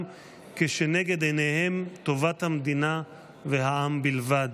כשנגד עיניהם טובת המדינה והעם בלבד.